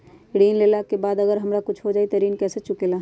ऋण लेला के बाद अगर हमरा कुछ हो जाइ त ऋण कैसे चुकेला?